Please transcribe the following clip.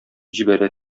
җибәрә